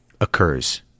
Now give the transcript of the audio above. occurs